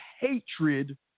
hatred